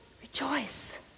Rejoice